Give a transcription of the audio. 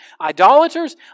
idolaters